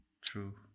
True